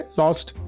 lost